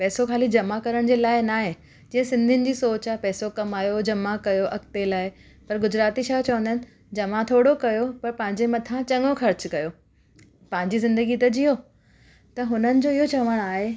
पैसो ख़ाली जमा करण जे लाइ ना आहे जीअं सिंधीयुनि जी सोच आहे पैसो कमायो जमा कयो अॻिते लाइ पर गुजराती छा चवंदा आहिनि जमा थोरो कयो पर पंहिंजे मथां चङो ख़र्च कयो पंहिंजी ज़िंदगी त जिओ त हुननि जो इहो चवण आहे